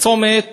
בצומת